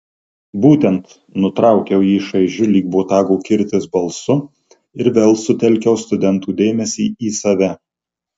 būtent nutraukiau jį šaižiu lyg botago kirtis balsu ir vėl sutelkiau studentų dėmesį į save